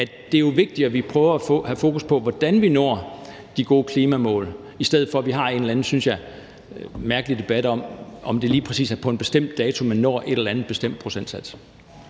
det jo er vigtigere, at vi prøver at have fokus på, hvordan vi når de gode klimamål, i stedet for at vi har en eller anden, synes jeg, mærkelig debat om, om det lige præcis er på en bestemt dato, man når en eller anden bestemt procentsats.